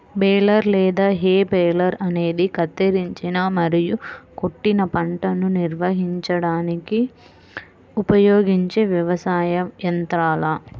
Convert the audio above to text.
baler లేదా hay baler అనేది కత్తిరించిన మరియు కొట్టిన పంటను నిర్వహించడానికి ఉపయోగించే వ్యవసాయ యంత్రాల